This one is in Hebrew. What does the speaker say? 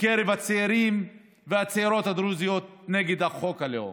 בקרב הצעירים והצעירות הדרוזיות נגד חוק הלאום.